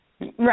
Right